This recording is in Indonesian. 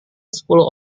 sepuluh